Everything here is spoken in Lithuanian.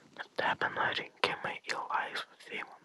nustebino rinkimai į laisvą seimo nario vietą dzūkijos vienmandatėje apygardoje